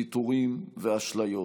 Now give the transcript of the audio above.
ויתורים ואשליות.